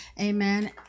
amen